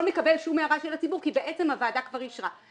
נקבל שום הערה של הציבור כי בעצם הוועדה כבר אישרה.